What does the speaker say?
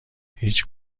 هیچ